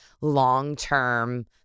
long-term